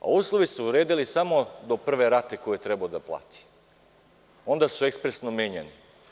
Uslovi su vredeli samo do prve rate koju je trebao da plati, onda su ekspresno menjani.